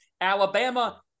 Alabama